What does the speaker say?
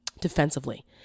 defensively